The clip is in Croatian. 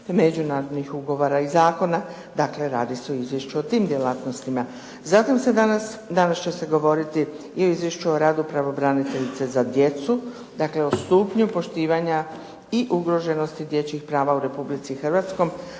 međunarodnih ugovora i zakona, dakle, radi se o izvješću o tim djelatnostima. Zatim se danas, danas će se govoriti i o izvješću o radu pravobraniteljice za djecu, dakle, o stupnju poštivanja i ugroženosti dječjih prava u Republici Hrvatskoj